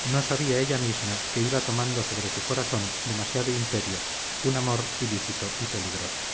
no sabía ella misma que iba tomando sobre su corazón demasiado imperio un amor ilícito y peligroso